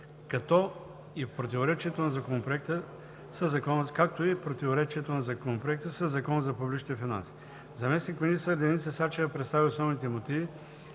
както и в противоречието на Законопроекта със Закона за публичните финанси. Заместник-министър Деница Сачева представи основните мотиви,